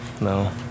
No